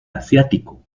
asiático